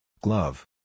Glove